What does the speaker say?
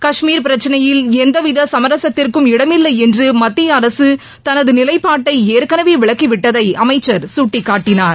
கஷ்மீர் பிரச்னையில் எந்தவித சமரசத்திற்கும் இடமில்லை என்று மத்திய அரசு தனது நிலைப்பாட்டை ஏற்கனவே விளக்கி விட்டதை அமைச்சர் சுட்டிக்காட்டினார்